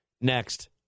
next